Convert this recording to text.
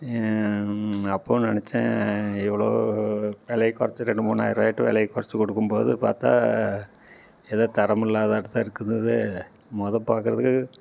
அப்போது நினச்சேன் இவ்வளோ விலய குறச்சி ரெண்டு மூணாயிருபாய்க்கிட்ட விலய குறச்சி கொடுக்கும் போது பார்த்தா ஏதோ தரமில்லாததாட்டம் தான் இருக்குது இது முதோ பார்க்குறதுக்கு